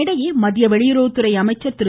இதனிடையே மத்திய வெளியுறவுத்துறை அமைச்சர் திரு